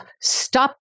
stop